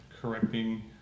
correcting